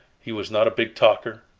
he was not a big talker.